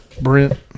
Brent